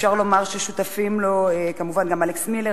אפשר לומר ששותפים לו כמובן גם אלכס מילר,